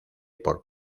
por